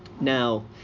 now